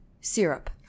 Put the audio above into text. syrup